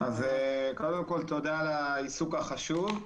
תודה על העיסוק החשוב.